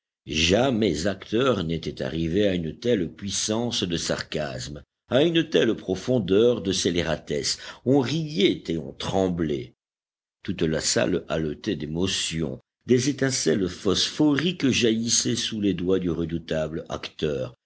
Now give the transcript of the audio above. jamais acteur n'était arrivé à une telle puissance de sarcasme à une telle profondeur de scélératesse on riait et on tremblait toute la salle haletait d'émotion des étincelles phosphoriques jaillissaient sous les doigts du redoutable acteur